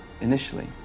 initially